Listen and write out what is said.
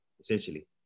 essentially